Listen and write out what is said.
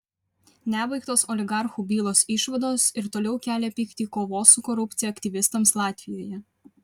nebaigtos oligarchų bylos išvados ir toliau kelia pyktį kovos su korupcija aktyvistams latvijoje